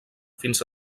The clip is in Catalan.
fins